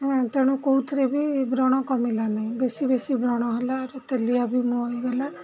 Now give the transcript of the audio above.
ତେଣୁ କେଉଁଥିରେ ବି ବ୍ରଣ କମିଲାନି ବେଶୀ ବେଶୀ ବ୍ରଣ ହେଲା ଆରୁ ତେଲିଆ ବି ମୁଁ ହେଇଗଲା